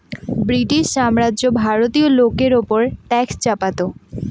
British সাম্রাজ্য ভারতীয় লোকের ওপর ট্যাক্স চাপাতো